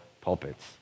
pulpits